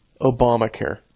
Obamacare